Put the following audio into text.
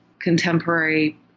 contemporary